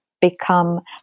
become